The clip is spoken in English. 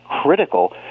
critical